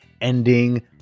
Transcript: ending